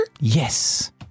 Yes